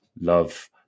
love